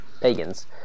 pagans